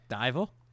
Dival